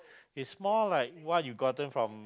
it's more like what you gotten from